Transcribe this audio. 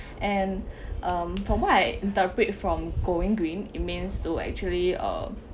and um from what I interpret from going green it means to actually uh